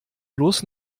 bloß